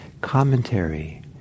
commentary